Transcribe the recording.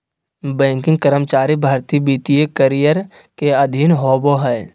banking कर्मचारी भर्ती वित्तीय करियर के अधीन आबो हय